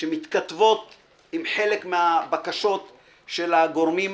שמתכתבות יותר עם חלק מהבקשות של הגורמים,